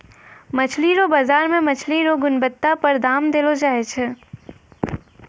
मछली रो बाजार मे मछली रो गुणबत्ता पर दाम देलो जाय छै